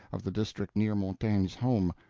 of the district near montaigne's home,